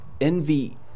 envy